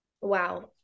Wow